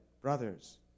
brothers